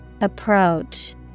Approach